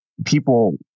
people